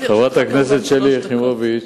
חברת הכנסת שלי יחימוביץ,